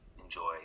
enjoy